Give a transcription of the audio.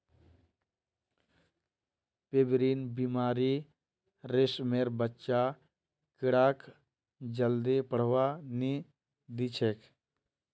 pebrine बीमारी रेशमेर बच्चा कीड़ाक जल्दी बढ़वा नी दिछेक